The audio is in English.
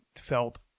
felt